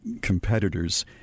competitors